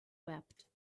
wept